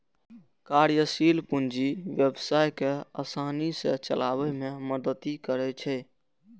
कार्यशील पूंजी व्यवसाय कें आसानी सं चलाबै मे मदति करै छै